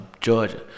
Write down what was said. Georgia